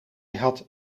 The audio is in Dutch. had